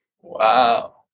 Wow